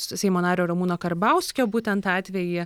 su seimo nario ramūno karbauskio būtent atvejį